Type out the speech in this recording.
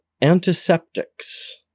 antiseptics